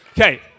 Okay